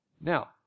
Now